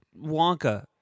Wonka